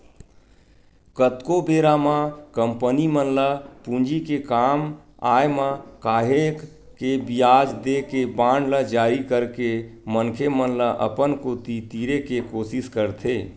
कतको बेरा म कंपनी मन ल पूंजी के काम आय म काहेक के बियाज देके बांड ल जारी करके मनखे मन ल अपन कोती तीरे के कोसिस करथे